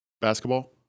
basketball